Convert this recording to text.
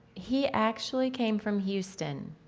he actually came from houston.